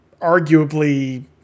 arguably